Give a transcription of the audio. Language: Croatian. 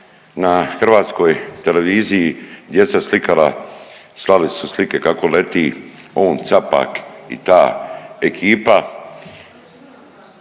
na hrvatskoj televiziji djeca slikala, slali su slike kako leti on, Capak i ta ekipa,